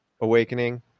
awakening